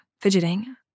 fidgeting